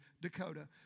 Dakota